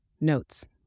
Notes